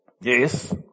Yes